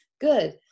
good